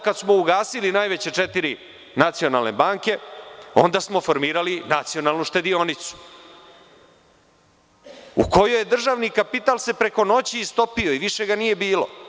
Kada smo ugasili najveće četiri nacionalne banke, onda smo formirali Nacionalnu štedionicu u kojoj se državni kapital preko noći istopio i više ga nije bilo.